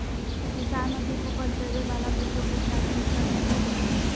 किसान अधिक उपज देवे वाले बीजों के प्राथमिकता कैसे दे?